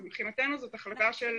אז מבחינתנו זאת החלטה של